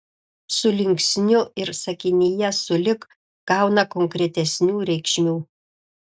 su linksniu ir sakinyje sulig gauna konkretesnių reikšmių